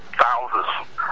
thousands